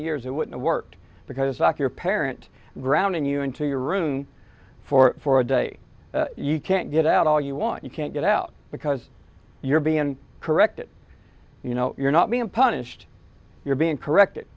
years it wouldn't work because after a parent grounding you into your room for for a day you can't get out all you want you can't get out because you're being corrected you know you're not being punished you're being